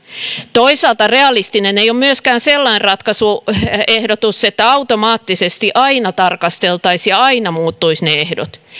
toisaalta realistinen ei ole myöskään sellainen ratkaisuehdotus että automaattisesti aina tarkasteltaisiin ja aina muuttuisivat ne ehdot